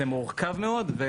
זה מורכב מאוד.